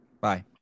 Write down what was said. Bye